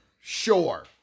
Sure